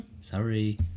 sorry